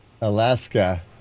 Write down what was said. Alaska